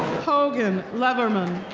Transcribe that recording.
hogan levermann.